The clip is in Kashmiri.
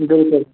بالکُل